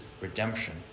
redemption